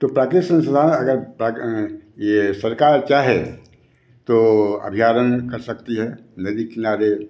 तो प्राकृतिक संसधान अगर ये सरकार चाहे तो अभियान कर सकती है नदी के किनारे